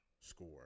score